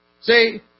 See